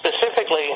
Specifically